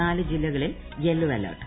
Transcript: നാല് ജില്ലകളിൽ yellow alert